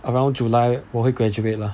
around july 我会 graduate lah